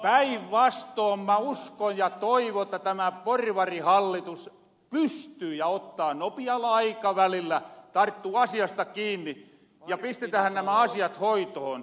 päinvastoon mä uskon ja toivon että tämä porvarihallitus pystyy nopialla aikavälillä tarttumahan asiasta kiinni ja pistetähän nämä asiat hoitohon